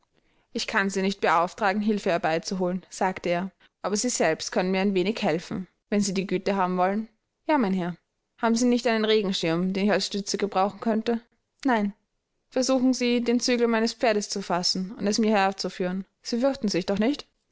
ich kann sie nicht beauftragen hilfe herbeizuholen sagte er aber sie selbst können mir ein wenig helfen wenn sie die güte haben wollen ja mein herr haben sie nicht einen regenschirm den ich als stütze gebrauchen könnte nein versuchen sie den zügel meines pferdes zu fassen und es mir herzuführen sie fürchten sich doch nicht